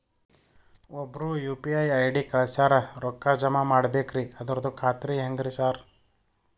ಒಬ್ರು UPI ID ಕಳ್ಸ್ಯಾರ ರೊಕ್ಕಾ ಜಮಾ ಮಾಡ್ಬೇಕ್ರಿ ಅದ್ರದು ಖಾತ್ರಿ ಹೆಂಗ್ರಿ ಸಾರ್?